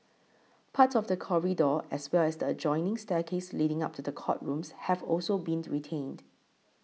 part of the corridor as well as the adjoining staircase leading up to the courtrooms have also been retained